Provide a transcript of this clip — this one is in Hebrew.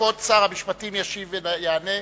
כבוד שר המשפטים ישיב ויענה.